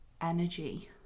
energy